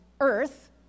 earth